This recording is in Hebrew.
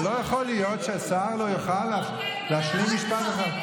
אבל לא יכול להיות ששר לא יכול להשלים משפט אחד.